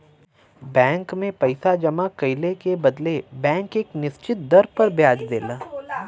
bank में पइसा जमा कइले के बदले बैंक एक निश्चित दर पर ब्याज देला